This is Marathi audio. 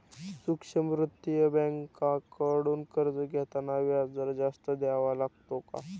सूक्ष्म वित्तीय बँकांकडून कर्ज घेताना व्याजदर जास्त द्यावा लागतो का?